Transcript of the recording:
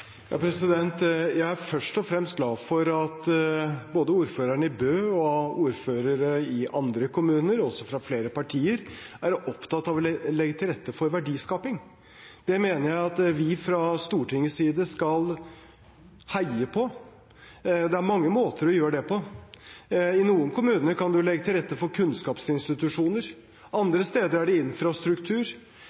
Jeg er først og fremst glad for at både ordføreren i Bø og ordførere i andre kommuner, også fra flere partier, er opptatt av å legge til rette for verdiskaping. Det mener jeg at vi fra Stortingets side skal heie på. Det er mange måter å gjøre det på – i noen kommuner kan man legge til rette for kunnskapsinstitusjoner, andre steder er det infrastruktur,